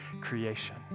creation